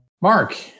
Mark